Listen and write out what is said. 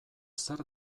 zer